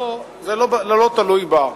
זה לא תלוי בה.